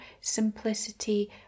simplicity